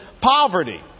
poverty